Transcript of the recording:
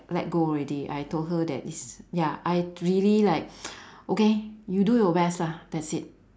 let go already I told her that this ya I really like okay you do your best lah that's it